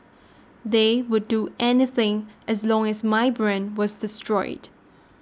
they would do anything as long as my brand was destroyed